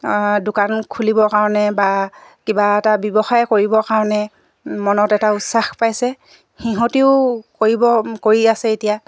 দোকান খুলিবৰ কাৰণে বা কিবা এটা ব্যৱসায় কৰিবৰ কাৰণে মনত এটা উৎসাহ পাইছে সিহঁতিও কৰিব কৰি আছে এতিয়া